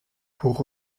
pour